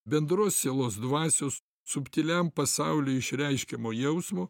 bendros sielos dvasios subtiliam pasauliui išreiškiamo jausmo